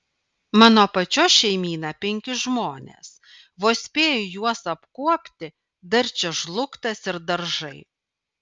mano pačios šeimyna penki žmonės vos spėju juos apkuopti dar čia žlugtas ir daržai